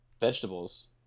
vegetables